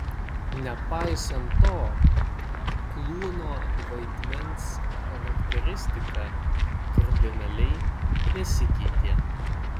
nepaisant to klouno vaidmens charakteristika kardinaliai nesikeitė